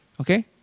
Okay